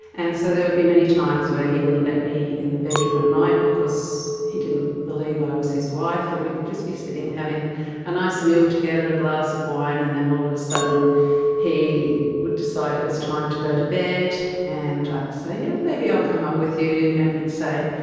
and so there would be many times where he wouldn't let me in the bedroom at night because he didn't believe i was his wife. and we could just be sitting having a nice meal together, a glass of wine. and then all of a sudden he would decide it was time to go to bed. and i'd say, yeah, maybe i'll come up with you and he'd say,